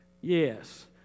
yes